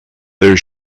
their